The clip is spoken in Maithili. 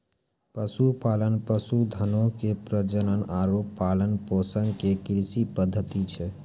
पशुपालन, पशुधनो के प्रजनन आरु पालन पोषण के कृषि पद्धति छै